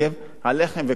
על לחם ו"קוטג'".